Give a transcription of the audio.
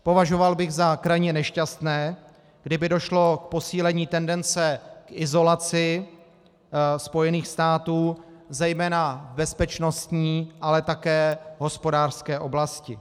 Považoval bych za krajně nešťastné, kdyby došlo k posílení tendence izolace Spojených států, zejména v bezpečnostní, ale také hospodářské oblasti.